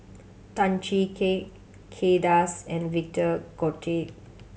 Tan Chee Kay Kay Das and Victor Doggett